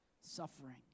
suffering